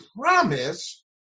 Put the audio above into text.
promise